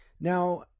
Now